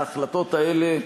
ההחלטות האלה,